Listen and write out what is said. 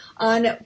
On